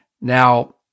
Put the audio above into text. Now